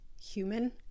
human